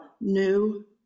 new